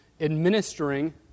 administering